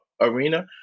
arena